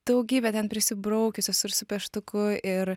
daugybę ten prisibraukius esu ir su pieštuku ir